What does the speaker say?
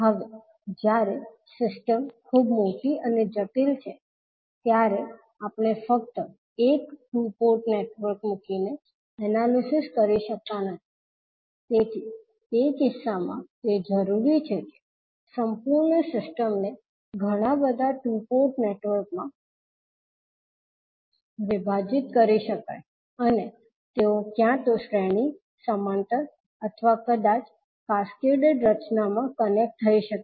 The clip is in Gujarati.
હવે જ્યારે સિસ્ટમ ખૂબ મોટી અને જટિલ છે ત્યારે આપણે ફક્ત એક ટુ પોર્ટ નેટવર્ક મૂકીને એનાલિસિસ કરી શકતા નથી તેથી તે કિસ્સામાં તે જરૂરી છે કે સંપૂર્ણ સિસ્ટમ ને ઘણા બધા ટુ પોર્ટ નેટવર્કમાં વિભાજિત કરી શકાય અને તેઓ ક્યાં તો શ્રેણી સમાંતર અથવા કદાચ કેસ્કેડ રચનામાં કનેક્ટ થઈ શકે